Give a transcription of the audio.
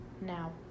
Now